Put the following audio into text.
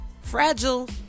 Fragile